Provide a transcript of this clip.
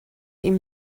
ihm